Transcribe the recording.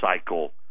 cycle